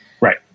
Right